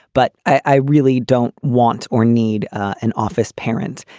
but i really don't want or need an office parent.